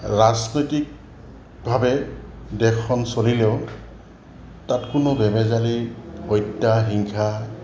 ৰাজনৈতিকভাৱে দেশখন চলিলেও তাত কোনো বেমেজালি হত্যা হিংসা